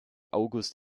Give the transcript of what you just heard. august